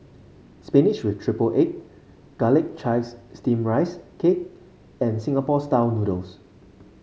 spinach with triple egg Garlic Chives Steamed Rice Cake and Singapore style noodles